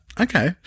Okay